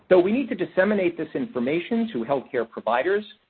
so we need to disseminate this information to health care providers,